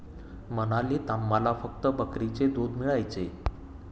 मनालीत आम्हाला फक्त बकरीचे दूध मिळायचे